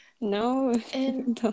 no